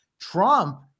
Trump